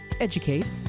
educate